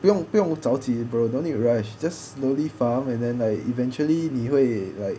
不用不用着急 bro don't need rush just slowly farm and like eventually 你会 like